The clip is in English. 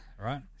right